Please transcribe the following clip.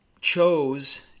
chose